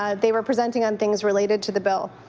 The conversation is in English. ah they were presenting on things related to the bill.